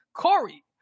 Corey